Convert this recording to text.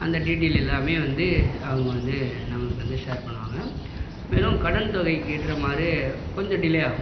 அந்த டீட்டெயல் எல்லாமே வந்து அவங்க வந்து நமக்கு வந்து ஷேர் பண்ணுவாங்க மேலும் கடன் தொகைக்கிட்ற மாரி கொஞ்சம் டிலே ஆகும்